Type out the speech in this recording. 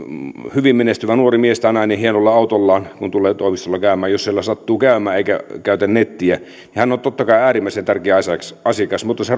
hyvin menestyvä nuori mies tai nainen joka hienolla autollaan tulee toimistolla käymään jos siellä sattuu käymään eikä käytä nettiä niin hän on totta kai äärimmäisen tärkeä asiakas mutta se